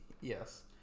Yes